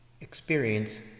experience